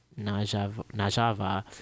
Najava